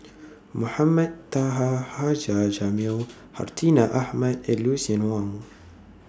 Mohamed Taha Haji Jamil Hartinah Ahmad and Lucien Wang